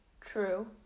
True